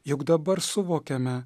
juk dabar suvokiame